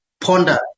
ponder